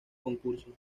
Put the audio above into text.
concurso